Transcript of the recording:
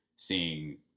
seeing